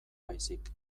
baizik